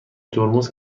ترمز